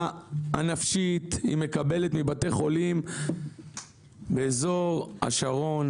הנפשית היא מקבלת מבתי חולים באזור השרון.